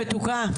מתוקה.